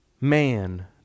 man